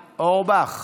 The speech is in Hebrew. אורבך,